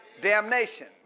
Damnation